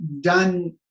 done